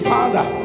Father